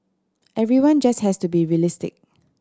everyone just has to be realistic